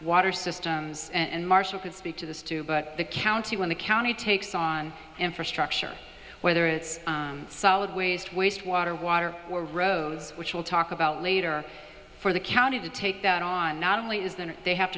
water systems and marshal could speak to this too but the county when the county takes on infrastructure whether it's solid waste waste water water or roads which we'll talk about later for the county to take that on not only is that they have